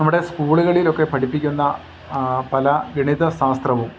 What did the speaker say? നമ്മുടെ സ്കൂളുകളിലൊക്കെ പഠിപ്പിക്കുന്ന പല ഗണിത ശാസ്ത്രവും